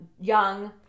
Young